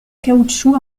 caoutchouc